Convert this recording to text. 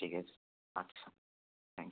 ঠিক আছে আচ্ছা থ্যাংক